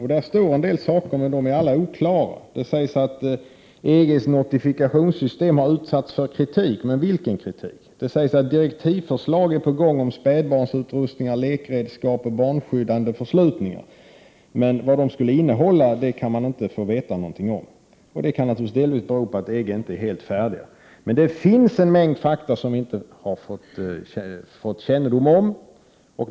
Det står där en del saker, men de är alla oklara. Det sägs att EG:s notifikationssystem har utsatts för kritik. Men vilken kritik? Det sägs att direktivförslag är på gång när det gäller spädbarnsutrustningar, lekredskap och barnskyddande förslutningar. Men vad det skulle innehålla får man inte veta någonting om. Det kan naturligtvis delvis bero på att man i EG inte är helt klar med dessa direktiv. Det finns en mängd fakta som vi inte fått kännedom om.